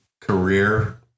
career